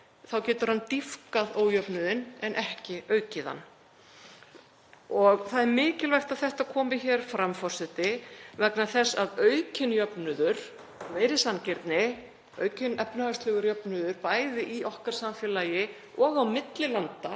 þá getur hann dýpkað ójöfnuðinn en ekki aukið hann. Það er mikilvægt að þetta komi hér fram vegna þess að aukinn jöfnuður, meiri sanngirni, aukinn efnahagslegur jöfnuður, bæði í okkar samfélagi og á milli landa